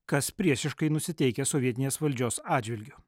kas priešiškai nusiteikęs sovietinės valdžios atžvilgiu